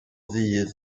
ddydd